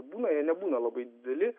būna jie nebūna labai dideli